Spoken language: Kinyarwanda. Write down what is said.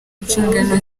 nshingano